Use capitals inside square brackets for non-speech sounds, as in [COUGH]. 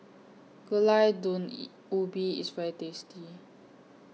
Gulai Daun [UNINTELLIGIBLE] Ubi IS very tasty